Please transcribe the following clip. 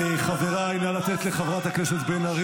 אתם חבורה של אפסים.